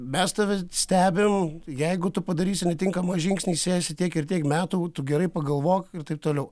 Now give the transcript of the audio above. mes tave stebim jeigu tu padarysi netinkamą žingsnį sėsi tiek ir tiek metų tu gerai pagalvok ir taip toliau